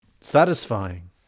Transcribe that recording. Satisfying